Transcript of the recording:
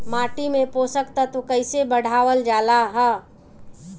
माटी में पोषक तत्व कईसे बढ़ावल जाला ह?